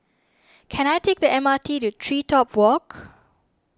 can I take the M R T to TreeTop Walk